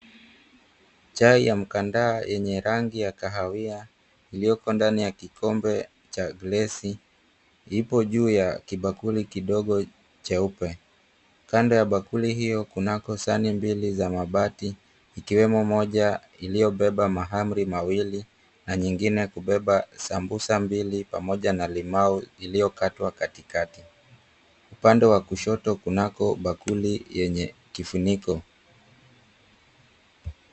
Chai ya mkandaa yenye rangi ya kahawia, iliyoko ndani ya kikombe cha glasi, ipo juu ya kibakuli kidogo cheupe. Kando ya bakuli hiyo, kunako sahani mbili za mabati, ikiwemo moja iliyobeba mahamri mawili, na nyingine kubeba sambusa mbili, pamoja na limau iliyokatwa katikati. Upande wa kushoto kunako bakuli yenye kifuniko.